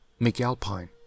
McAlpine